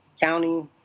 county